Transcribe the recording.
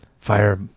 fire